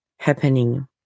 Happening